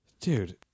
Dude